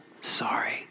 sorry